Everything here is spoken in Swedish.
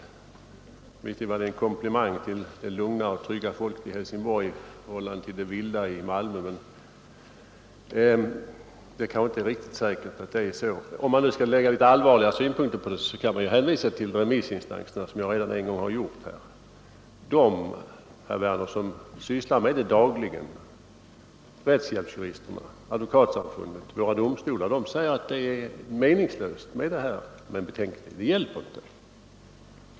Visserligen var det en komplimang till det lugna och trygga folket i Helsingborg i förhållande till det vilda i Malmö, men det kanske inte är riktigt säkert att det förhåller sig så som han skildrar det. Om man nu skall lägga litet allvarligare synpunkter på frågan så kan man hänvisa till remissinstanserna, som jag redan en gång har gjort här. De som sysslar med detta dagligen, herr Werner — rättshjälpsjuristerna, Advokatsamfundet, våra domstolar — säger att det är meningslöst med en betänketid, det hjälper inte.